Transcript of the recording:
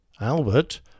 Albert